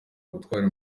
ubutwari